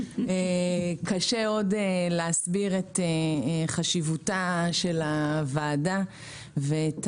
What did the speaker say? קשה עוד להסביר את חשיבותה של הוועדה ואת